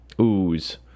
ooze